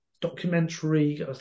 documentary